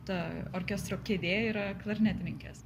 ta orkestro kėdė yra klarnetininkės